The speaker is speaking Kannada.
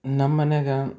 ನಮ್ಮ ಮನೆಯಾಗ